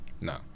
No